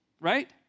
right